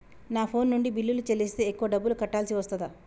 నా ఫోన్ నుండి బిల్లులు చెల్లిస్తే ఎక్కువ డబ్బులు కట్టాల్సి వస్తదా?